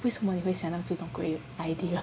为什么你会想到这种鬼 idea